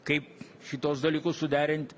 kaip šituos dalykus suderint